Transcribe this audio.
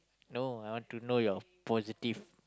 no I want to know your positive